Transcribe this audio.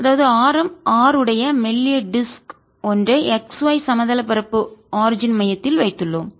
அதாவது ஆரம் R உடைய மெல்லிய டிஸ்க்வட்டு ஒன்றை x y சமதள பரப்பு ஆரிஜின் மையத்தில் வைத்து உள்ளோம்